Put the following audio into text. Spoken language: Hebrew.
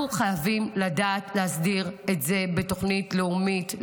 אנחנו חייבים לדעת להסדיר את זה בתוכנית לאומית,